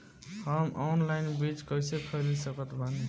हम ऑनलाइन बीज कइसे खरीद सकत बानी?